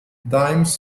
dimes